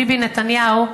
ביבי נתניהו,